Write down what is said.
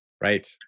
Right